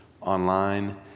online